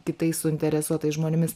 kitais suinteresuotais žmonėmis